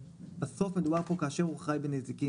בסוף מדובר כאן כאשר הוא חי בנזיקין.